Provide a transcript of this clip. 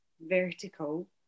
vertical